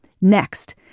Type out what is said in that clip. Next